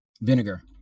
vinegar